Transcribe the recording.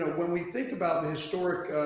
when we think about historic.